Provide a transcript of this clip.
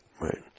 right